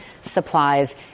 supplies